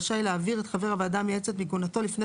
רשאי להעביר את חבר הוועדה המייעצת מכהונתו לפני